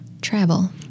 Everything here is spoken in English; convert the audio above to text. travel